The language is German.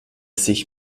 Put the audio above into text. sich